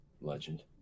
legend